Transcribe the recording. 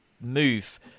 move